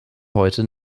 heute